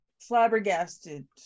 flabbergasted